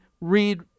read